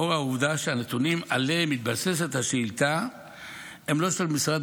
לאור העובדה שהנתונים שעליהם מתבססת השאילתה הם לא של משרד